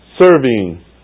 Serving